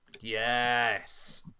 Yes